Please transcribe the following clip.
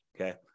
Okay